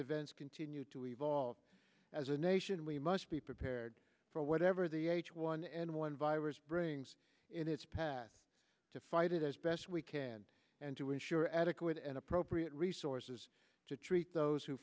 events continue to evolve as a nation we must be prepared for whatever the h one n one virus brings in its path to fight it as best we can and to ensure adequate and appropriate resources to treat those who